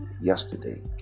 yesterday